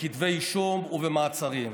בכתבי אישום ובמעצרים.